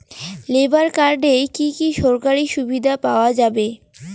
Labour কার্ডে কি কি সরকারি সুবিধা পাওয়া যাবে?